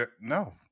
no